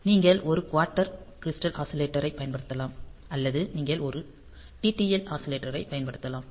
நீங்கள் ஒரு quartz crystal ஆஸிலேட்டரைப் பயன்படுத்தலாம் அல்லது நீங்கள் ஒரு TTL ஆஸிலேட்டரைப் பயன்படுத்தலாம்